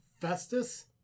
Festus